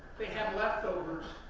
they had leftovers,